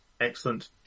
Excellent